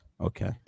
Okay